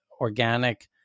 organic